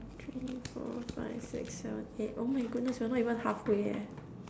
three four five six seven eight oh my goodness we're not even halfway leh